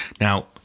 Now